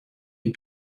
est